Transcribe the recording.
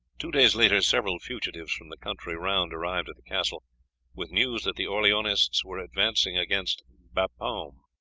two days later several fugitives from the country round arrived at the castle with news that the orleanists were advancing against bapaume,